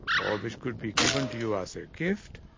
or which could be given to you as a gift,